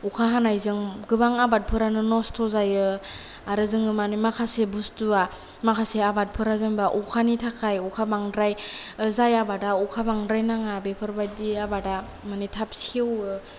अखा हानायजों गोबां आबादफोरानो नस्थ' जायो आरो जोङो माखासे बुस्थुआ माखासे आबादारिफोरा जेनोबा अखानि थाखाय अखा बांद्राय जाय आबादा अखा बांद्राय नाङा बेफोरबादि आबादा मानि थाब सेवो